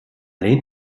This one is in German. lehnt